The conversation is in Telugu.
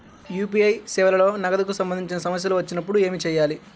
యూ.పీ.ఐ సేవలలో నగదుకు సంబంధించిన సమస్యలు వచ్చినప్పుడు ఏమి చేయాలి?